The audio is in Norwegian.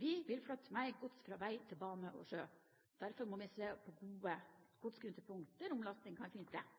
Vi vil flytte mer gods fra vei til bane og sjø. Derfor må vi se på gode godsknutepunkter der omlasting kan finne sted.